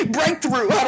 Breakthrough